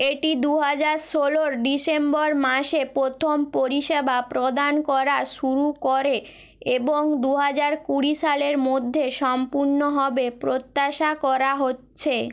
এটি দু হাজার ষোলোর ডিসেম্বর মাসে প্রথম পরিষেবা প্রদান করা শুরু করে এবং দু হাজার কুড়ি সালের মধ্যে সম্পূর্ণ হবে প্রত্যাশা করা হচ্ছে